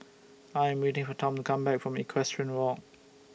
I Am waiting For Tom to Come Back from Equestrian Walk